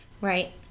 right